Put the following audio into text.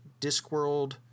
Discworld